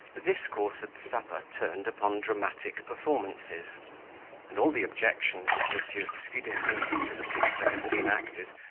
the discourse at supper turned upon dramatic performances and all the objections of monsieur scudery to the piece they had seen acted,